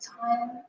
time